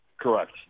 Correct